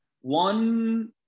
one –